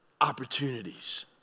opportunities